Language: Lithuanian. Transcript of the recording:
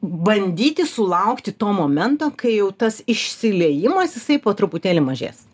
bandyti sulaukti to momento kai jau tas išsiliejimas jisai po truputėlį mažės